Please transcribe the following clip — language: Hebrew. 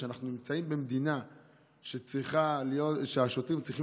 אנחנו נמצאים במדינה שבה השוטרים צריכים